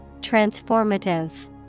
Transformative